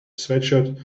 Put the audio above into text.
sweatshirt